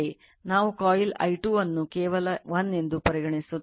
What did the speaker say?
ನಾವು coil i2 ಅನ್ನು ಕೇವಲ 1 ಎಂದು ಪರಿಗಣಿಸುತ್ತಿಲ್ಲ